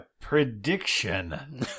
prediction